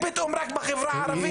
פתאום רק בחברה הערבית?